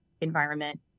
environment